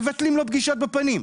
מבטלים לו פגישות בפנים.